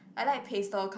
I like pastel